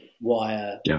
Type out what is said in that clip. Wire